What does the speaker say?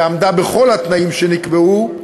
ועמדה בכל התנאים שנקבעו,